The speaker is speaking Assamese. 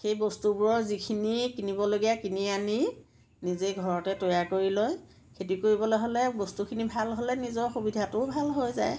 সেই বস্তুবোৰৰ যিখিনি কিনিবলগীয়া কিনি আনি নিজে ঘৰতে তৈয়াৰ কৰি লয় খেতি কৰিবলে হ'লে বস্তুখিনি ভাল হ'লে নিজৰ সুবিধাটো ভাল হৈ যায়